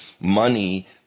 money